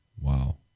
Wow